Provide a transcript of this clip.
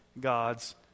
God's